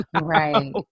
right